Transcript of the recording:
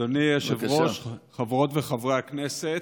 אדוני היושב-ראש, חברות וחברי הכנסת,